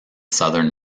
southern